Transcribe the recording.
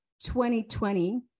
2020